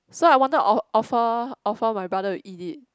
so I wanted to of~ offer offer my brother to eat it